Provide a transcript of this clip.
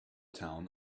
town